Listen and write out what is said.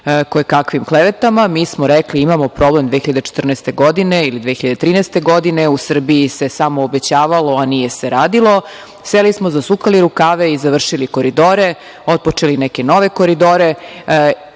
kojekakvim klevetama, mi smo rekli – imamo problem, godine 2014. ili 2013. godine u Srbiji se samo obećavalo, a nije se radilo. Seli smo, zasukali rukave i završili koridore, otpočeli neke nove koridore. Danas